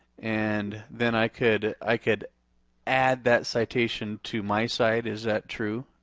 and then i could i could add that citation to my site, is that true?